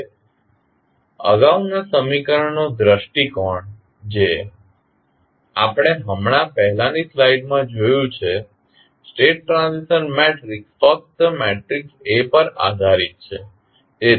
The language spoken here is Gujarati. હવે અગાઉના સમીકરણનો દૃષ્ટિકોણ જે આપણે હમણા પહેલાની સ્લાઇડમાં જોયું છે સ્ટેટ ટ્રાન્ઝિશન મેટ્રિક્સ ફક્ત મેટ્રિક્સ A પર આધારીત છે